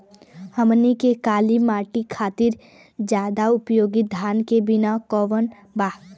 हमनी के काली माटी खातिर ज्यादा उपयोगी धान के बिया कवन बा?